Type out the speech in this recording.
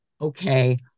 okay